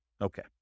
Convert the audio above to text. Okay